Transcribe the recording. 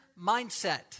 mindset